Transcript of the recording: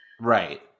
Right